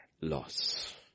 loss